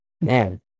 man